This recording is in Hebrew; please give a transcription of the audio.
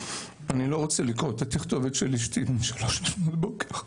ואני לא רוצה לקרוא את התכתובת של אשתי משלוש לפנות בוקר.